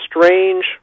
strange